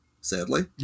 sadly